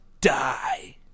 die